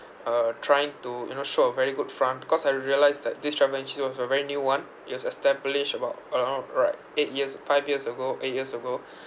uh trying to you know show a very good front cause I realised that this travel agency was a very new one it was established about around like eight years five years ago eight years ago